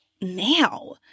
now